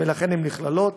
ולכן הן נכללות.